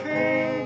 King